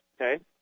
Okay